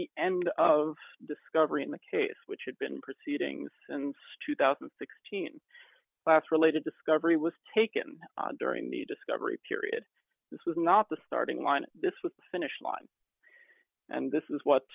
the end of discovery in the case which had been proceedings and two thousand and sixteen last related discovery was taken during the discovery period this was not the starting line this with the finish line and this is what